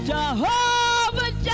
Jehovah